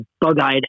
bug-eyed